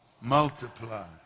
multiply